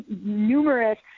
numerous